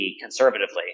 conservatively